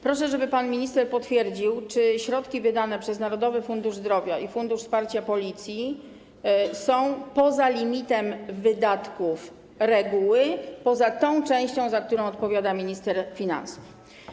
Proszę, żeby pan minister potwierdził, czy środki wydane przez Narodowy Fundusz Zdrowia i Fundusz Wsparcia Policji są poza limitem wydatków reguły, poza tą częścią, za którą odpowiada minister finansów.